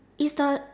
is the